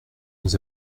nous